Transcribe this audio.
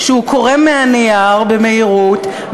קורא מהנייר במהירות,